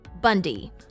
Bundy